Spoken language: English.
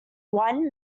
one